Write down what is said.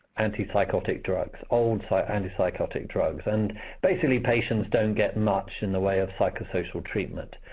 antipsychotic drugs, old so ah antipsychotic drugs, and basically patients don't get much in the way of psychosocial treatment.